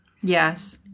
yes